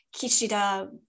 Kishida